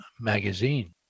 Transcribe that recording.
Magazine